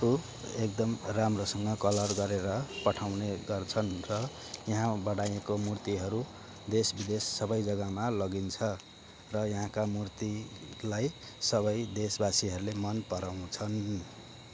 एकदम राम्रोसँग कलर गरेर पठाउने गर्छन् र यहाँ बनाइएको मूर्तिहरू देश विदेश सबै जग्गामा लगिन्छ र यहाँका मूर्तिलाई सबै देशबासीहरूले मन पराउँछन्